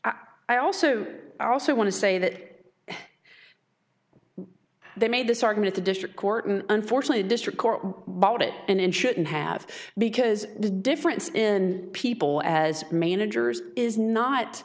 i also also want to say that they made this argument the district court and unfortunately district court bought it and shouldn't have because the difference in people as managers is not